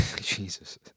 Jesus